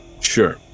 Sure